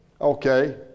okay